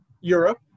Europe